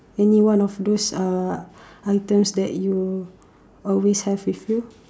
any one of those uh items that you always have with you